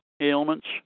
ailments